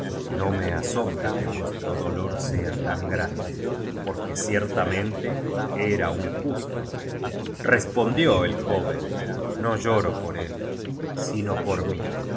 no me asombra que vuestro dolor sea tan grande porque ciertamente era un justo respondió el joven no lloro por él sino por mí